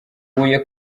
huye